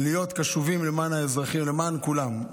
הוא להיות קשובים לאזרחים, למען כולם.